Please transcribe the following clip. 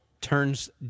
turns